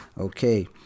Okay